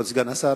כבוד סגן השר,